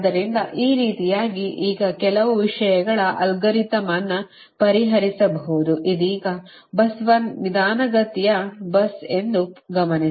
ಆದ್ದರಿಂದ ಈ ರೀತಿಯಾಗಿ ಈಗ ಕೆಲವು ವಿಷಯಗಳ ಅಲ್ಗಾರಿದಮ್ ಅನ್ನು ಪರಿಹರಿಸಬಹುದು ಇದೀಗ bus 1 ನಿಧಾನಗತಿಯ bus ಎಂದು ಗಮನಿಸಿ